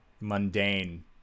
mundane